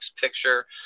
picture